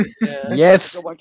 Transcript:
Yes